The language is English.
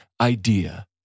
idea